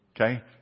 Okay